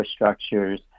infrastructures